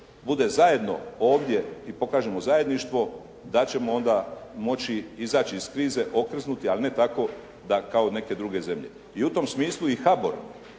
bude zajedno ovdje i pokažemo zajedništvo, da ćemo onda moći izaći iz krize, okrznuti, ali ne tako da kao neke druge zemlje. I u tom smislu i HABOR